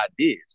ideas